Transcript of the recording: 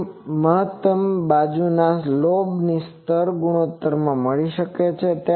beam મહત્તમથી બાજુના lobe સ્તરના ગુણોત્તરમાંથી મળી શકે છે